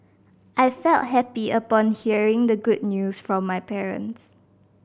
I felt happy upon hearing the good news from my parents